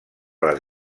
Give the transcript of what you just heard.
les